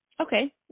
Okay